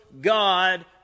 God